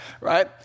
right